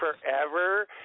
forever